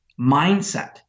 mindset